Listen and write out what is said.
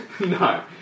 No